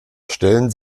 stellen